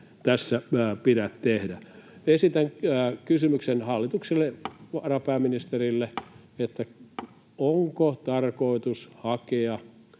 tässä pidä tehdä. Esitän kysymyksen hallituksen varapääministerille: onko tarkoitus hakea